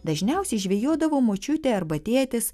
dažniausiai žvejodavo močiutė arba tėtis